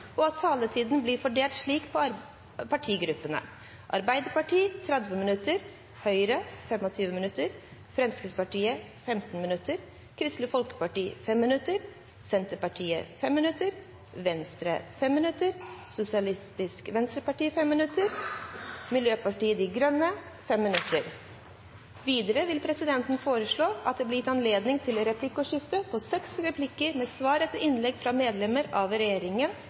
og at taletiden blir fordelt slik på partigruppene: Arbeiderpartiet 30 minutter, Høyre 25 minutter, Fremskrittspartiet 15 minutter, Kristelig Folkeparti 5 minutter, Senterpartiet 5 minutter, Venstre 5 minutter, Sosialistisk Venstreparti 5 minutter og Miljøpartiet De Grønne 5 minutter. Videre vil presidenten foreslå at det blir gitt anledning til replikkordskifte på inntil seks replikker med svar etter innlegg fra medlemmer av regjeringen